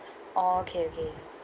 okay okay